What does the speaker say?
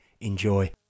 enjoy